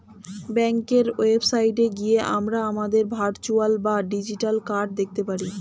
ব্যাঙ্কের ওয়েবসাইটে গিয়ে আমরা আমাদের ভার্চুয়াল বা ডিজিটাল কার্ড দেখতে পারি